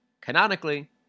canonically